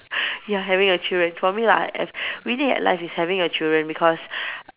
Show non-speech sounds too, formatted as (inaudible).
(breath) ya having a children for me like (noise) winning at life is having a children because